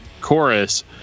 chorus